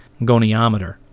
goniometer